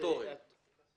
שנקבעה התמ"א.